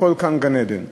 הכול כאן גן-עדן,